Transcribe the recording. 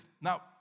Now